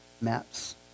maps